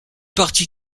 parti